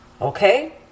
okay